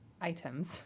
items